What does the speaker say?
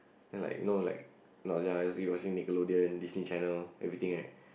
and like you know like when I was young I just keep watching Nickelodeon Disney Channel everything right